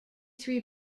three